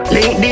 Link